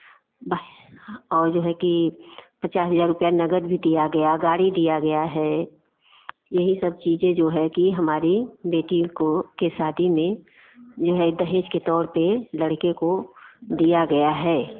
और जो है कि पचास हज़ार रुपया नगद भी दिया गया गाड़ी दिया गया है यही सब चीज़ें जो है कि हमारी बेटी को के शादी में जो है दहेज के तौर पर लड़के को दिया गया है